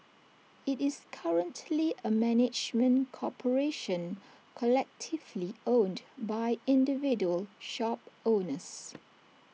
IT is currently A management corporation collectively owned by individual shop owners